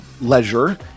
leisure